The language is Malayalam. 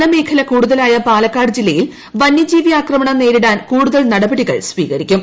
വനമേഖല കൂടുതലായ പാലക്കാട് ജില്ലയിൽ വന്യജീവി ആക്രമണം നേരിടാൻ കൂടുതൽ നടപടികൾ സ്വീകരിക്കും